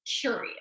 curious